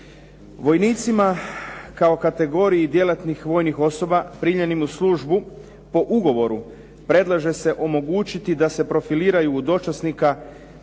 Vojnicima kao kategoriji djelatnih vojnih osoba primljenim u službu po ugovoru predlaže se omogućiti da se profiliraju u dočasnika